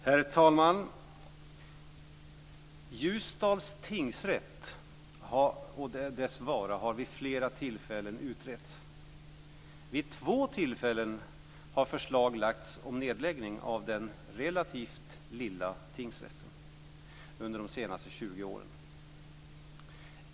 Herr talman! Ljusdals tingsrätt och dess vara eller inte vara har vid flera tillfällen utretts. Vid två tillfällen under de senaste 20 åren har förslag lagts fram om nedläggning av den relativt lilla tingsrätten.